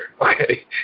okay